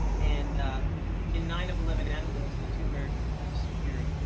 and in nine of eleven animals, the tumor disappeared.